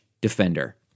Defender